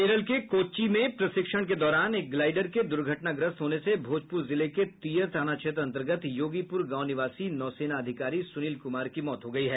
केरल के कोच्चि में प्रशिक्षण दौरान एक ग्लाइडर के दुर्घटना ग्रस्त होने से भोजपुर जिले के तीयर थाना क्षेत्र अन्तर्गत योगीपुर गांव निवासी नौसेना अधिकारी सुनील कुमार की मौत हो गयी है